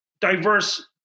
diverse